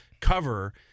cover